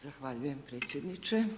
Zahvaljujem predsjedniče.